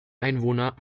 einwohner